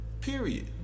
Period